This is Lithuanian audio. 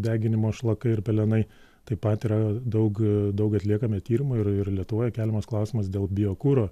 deginimo šlakai ir pelenai taip pat yra daug daug atliekame tyrimų ir ir lietuvoj keliamas klausimas dėl biokuro